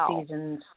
seasons